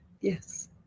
yes